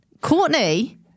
Courtney